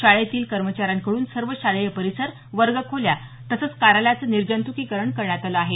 शाळेतील कर्मचाऱ्यांकडून सर्व शालेय परिसर वर्गखोल्या तसंच कार्यालयाचं निजँत्कीकरण करण्यात आलं आहे